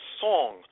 song